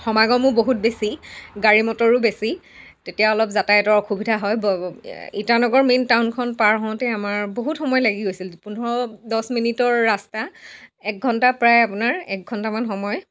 সমাগমো বহুত বেছি গাড়ী মটৰো বেছি তেতিয়া অলপ যাতায়াতৰ অসুবিধা হয় ইটানগৰ মেইন টাউনখন পাৰ হওঁতে আমাৰ বহুত সময় লাগি গৈছিল পোন্ধৰ দহ মিনিটৰ ৰাস্তা এক ঘণ্টা প্ৰায় আপোনাৰ এক ঘণ্টামান সময়